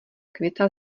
květa